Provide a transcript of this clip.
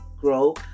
grow